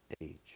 age